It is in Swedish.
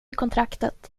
kontraktet